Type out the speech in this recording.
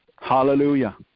hallelujah